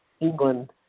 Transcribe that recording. England